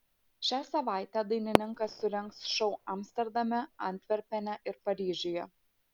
šią savaitę dainininkas surengs šou amsterdame antverpene ir paryžiuje